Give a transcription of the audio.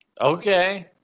Okay